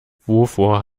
wovor